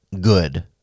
good